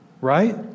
right